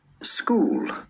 School